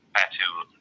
tattoo